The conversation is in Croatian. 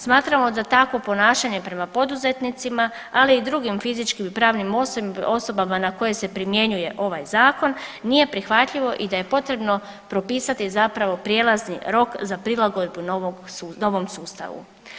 Smatramo da takvo ponašanje prema poduzetnicima, ali i drugim fizičkim i pravnim osobama na koje se primjenjuje ovaj zakon nije prihvatljivo i da je potrebno propisati zapravo prijelazni rok za prilagodbu novom sustavu.